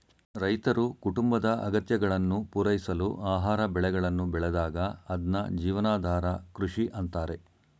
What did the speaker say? ರೈತರು ಕುಟುಂಬದ ಅಗತ್ಯಗಳನ್ನು ಪೂರೈಸಲು ಆಹಾರ ಬೆಳೆಗಳನ್ನು ಬೆಳೆದಾಗ ಅದ್ನ ಜೀವನಾಧಾರ ಕೃಷಿ ಅಂತಾರೆ